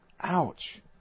Ouch